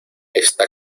está